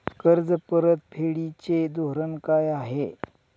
कर्ज परतफेडीचे धोरण काय आहे?